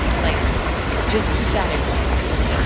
like just keep that in perspective.